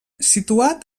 situat